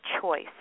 choice